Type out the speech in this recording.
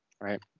Right